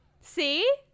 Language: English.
see